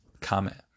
comment